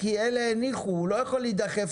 ממשיכים בקצב את דיוני ועדת כלכלה במסגרת חוק ההסדרים,